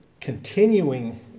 continuing